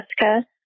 Jessica